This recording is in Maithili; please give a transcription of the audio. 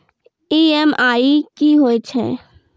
ई.एम.आई कि होय छै?